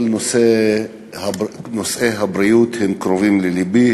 כל נושאי הבריאות קרובים ללבי,